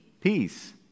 Peace